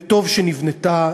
וטוב שנבנתה,